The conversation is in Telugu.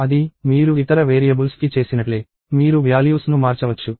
అది మీరు ఇతర వేరియబుల్స్ కి చేసినట్లే మీరు వ్యాల్యూస్ ను మార్చవచ్చు